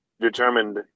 determined